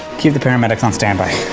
keep the paramedics on standby.